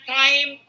time